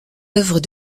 œuvres